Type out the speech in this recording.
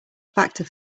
factor